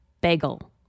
bagel